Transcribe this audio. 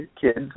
kids